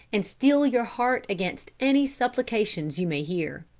and steel your heart against any supplications you may hear.